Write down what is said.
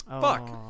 Fuck